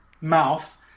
mouth